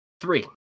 Three